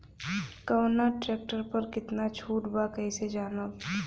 कवना ट्रेक्टर पर कितना छूट बा कैसे जानब?